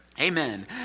amen